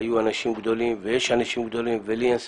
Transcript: היו אנשים גדולים ויש אנשים גדולים ולי אין ספק,